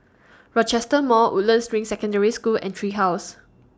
Rochester Mall Woodlands Ring Secondary School and Tree House